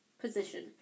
position